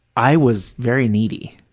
i was very needy.